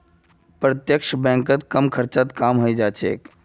प्रत्यक्ष बैंकत कम खर्चत काम हइ जा छेक